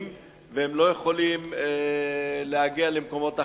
והם לא יכולים להגיע למקומות אחרים.